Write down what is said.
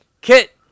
Kit